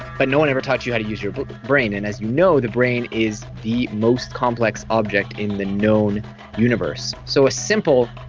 but no one ever taught you how to use your brain and as you know, the brain is the most complex object in the known universe. so a simple,